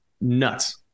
nuts